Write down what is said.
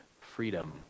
freedom